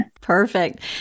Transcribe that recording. Perfect